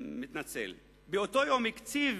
באותו יום קצב